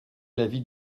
l’avis